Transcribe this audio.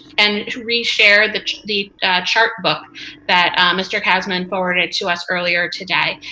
and reshare the the chartbook that mr. kasman forward ah to us earlier today.